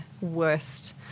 worst